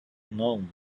known